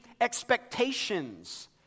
expectations